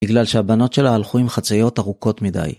בגלל שהבנות שלה הלכו עם חצאיות ארוכות מדי.